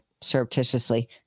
surreptitiously